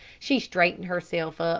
she straightened herself up,